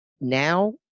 now